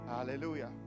Hallelujah